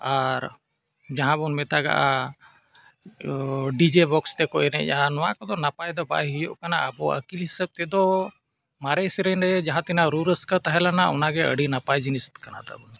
ᱟᱨ ᱡᱟᱦᱟᱸᱵᱚᱱ ᱢᱮᱛᱟᱜᱼᱟ DJ box ᱛᱮᱠᱚ ᱮᱱᱮᱡᱼᱟ ᱱᱚᱣᱟ ᱠᱚᱫᱚ ᱱᱟᱯᱟᱭ ᱫᱚ ᱵᱟᱭ ᱦᱩᱭᱩᱜ ᱠᱟᱱᱟ ᱟᱵᱚ ᱟᱹᱠᱤᱞ ᱦᱤᱥᱟᱹᱵ ᱛᱮᱫᱚ ᱢᱟᱨᱮ ᱥᱮᱨᱮᱧ ᱨᱮ ᱡᱟᱦᱟᱸ ᱛᱤᱱᱟᱹᱜ ᱨᱩ ᱨᱟᱹᱥᱠᱟᱹ ᱛᱟᱦᱮᱸ ᱞᱮᱱᱟ ᱚᱱᱟᱜᱮ ᱟᱹᱰᱤ ᱱᱟᱯᱟᱭ ᱡᱤᱱᱤᱥ ᱠᱟᱱᱟ ᱛᱟᱵᱚᱱ